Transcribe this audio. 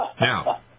Now